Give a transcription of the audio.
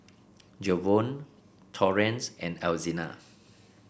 Jevon Torrence and Alzina